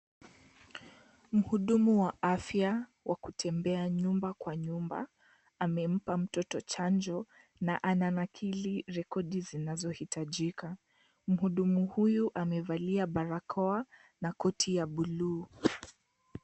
Mhudumu wa afya wa kutembea nyumba kwa nyumba, amempa mtoto chanjo na ananakili rekodi zinazohitajika. Mhudumu huyu amevalia barakoa na koti ya bluu.